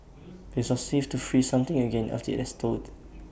IT is not safe to freeze something again after IT has thawed